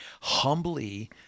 humbly